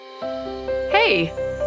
Hey